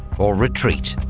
or retreat.